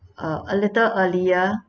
uh a little earlier